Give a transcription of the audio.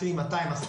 קרי 200%,